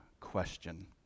question